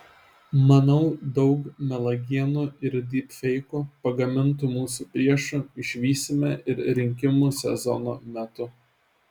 manau daug melagienų ir dypfeikų pagamintų mūsų priešų išvysime ir rinkimų sezono metu